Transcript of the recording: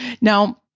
Now